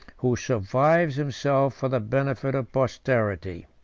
who survives himself for the benefit of posterity.